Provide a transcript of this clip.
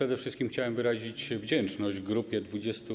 Przede wszystkim chciałem wyrazić wdzięczność grupie dwudziestu.